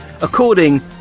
according